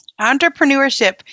Entrepreneurship